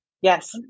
Yes